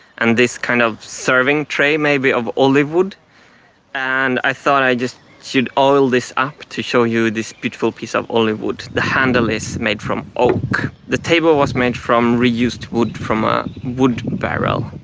and this kind of serving tray maybe, of olive wood and i thought i just should oil this up to show you this beautiful piece of olive wood the handle is made from oak the table was made from reused wood from a wood barrel